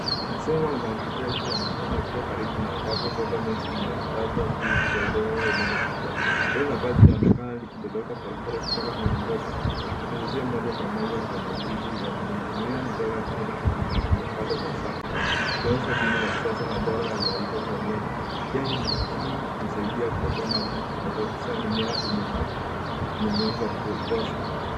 Mfumo wa umwagiliaji wa matone ukiwa karibu na bomba ambapo nyasi imelazwa juu ya udongo wenye rotuba. Tone la maji linaonekana likidondoka polepole kutoka kwenye bomba ikinyunyuzia moja kwa moja kwenye mzizi ya mimea. Mimea midogo ya kijani kibichi imepandwa kwa safu ikionyesha mbinu ya kisasa na bora ya umwagiliaji wa mimea. Njia hii husaidia kuokoa maji na kuhakikisha mimea imepa- umejengwa kwa kutosha.